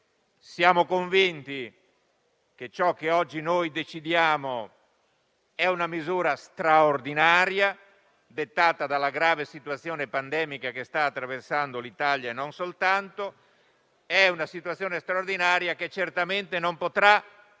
Siamo convinti che ciò che oggi decidiamo sia una misura straordinaria, dettata dalla grave situazione pandemica che sta attraversando l'Italia e non solo. Si tratta di una situazione straordinaria che certamente non potrà